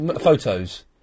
photos